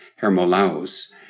Hermolaus